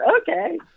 Okay